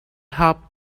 helped